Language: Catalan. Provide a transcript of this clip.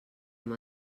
amb